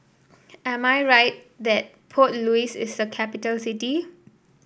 am I right that Port Louis is a capital city